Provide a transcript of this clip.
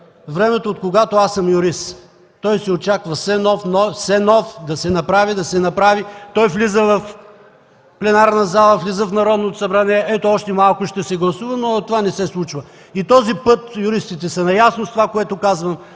времето, откогато аз съм юрист. Очаква се да се направи все нов и нов, той влиза в пленарната зала, влиза в Народното събрание и ето – още малко ще се гласува, но това не се случва. И този път юристите са наясно с това, което казвам.